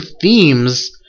themes